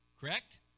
correct